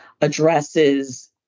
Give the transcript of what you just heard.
addresses